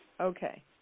Okay